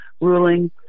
ruling